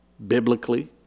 Biblically